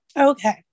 Okay